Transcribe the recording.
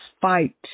fight